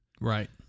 right